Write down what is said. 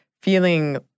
feeling